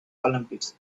olympics